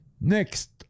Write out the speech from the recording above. next